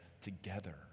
together